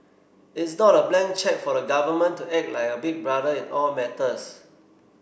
it's not a blank cheque for the government to act like a big brother in all matters